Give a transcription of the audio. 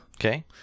Okay